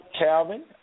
Calvin